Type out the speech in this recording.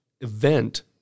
event